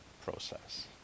process